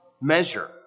measure